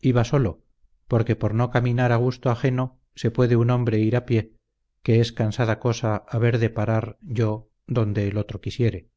iba solo porque por no caminar a gusto ajeno se puede un hombre ir a pie que es cansada cosa haber de parar yo donde el otro quisiere